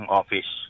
office